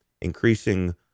increasing